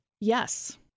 Yes